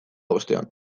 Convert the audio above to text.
bostean